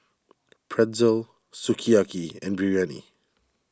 Pretzel Sukiyaki and Biryani